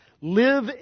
live